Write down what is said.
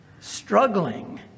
struggling